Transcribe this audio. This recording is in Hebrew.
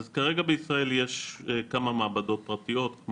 אז כרגע בישראל יש כמה מעבדות פרטיות,